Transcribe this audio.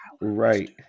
Right